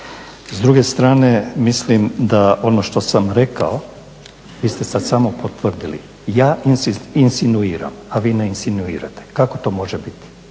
S druge strane mislim da on što sam rekao vi ste sada samo potvrdili. Ja insinuiram a vi ne insinuirate, kako to može biti?